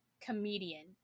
comedian